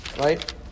right